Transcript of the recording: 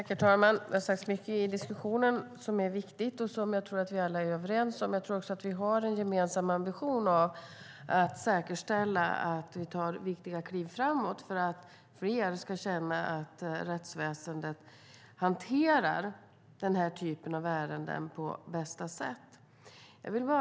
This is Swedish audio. Herr talman! Det har sagts mycket i diskussionen som är viktigt och som jag tror att vi alla är överens om. Jag tror också att vi har en gemensam ambition att säkerställa att vi tar viktiga kliv framåt för att fler ska känna att rättsväsendet hanterar denna typ av ärenden på bästa sätt.